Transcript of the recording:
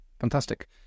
Fantastic